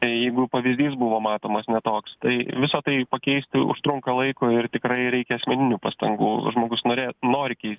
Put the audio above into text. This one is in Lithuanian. tai jeigu pavyzdys buvo matomas ne toks tai visa tai pakeisti užtrunka laiko ir tikrai reikia asmeninių pastangų žmogus norė nori keis